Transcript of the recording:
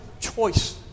choice